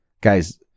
guys